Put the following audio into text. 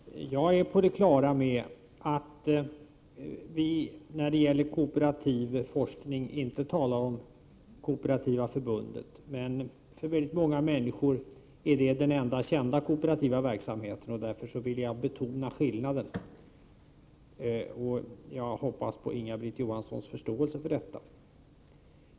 Herr talman! Jag är på det klara med att när vi talar om kooperativ forskning så menar vi inte Kooperativa förbundet. För många människor är det emellertid den enda kända kooperativa verksamheten, och därför vill jag betona skillnaden. Jag hoppas att Inga-Britt Johansson har förståelse för detta.